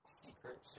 secret